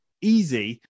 easy